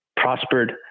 prospered